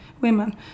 women